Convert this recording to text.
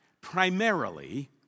primarily